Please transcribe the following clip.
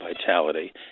vitality